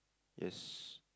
yes